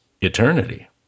eternity